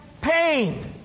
pain